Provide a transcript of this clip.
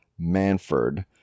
Manford